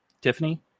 Tiffany